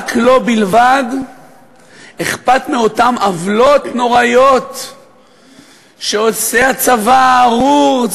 רק לו בלבד אכפת מאותן העוולות הנוראיות שעושה הצבא הארור,